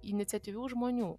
iniciatyvių žmonių